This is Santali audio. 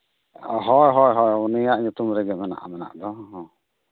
ᱦᱳᱭ ᱦᱳᱭ ᱦᱳᱭ ᱩᱱᱤᱭᱟᱜ ᱧᱩᱛᱩᱢ ᱨᱮᱜᱮ ᱢᱮᱱᱟᱜᱼᱟ ᱢᱮᱱᱟᱜ ᱫᱚ ᱦᱚᱸ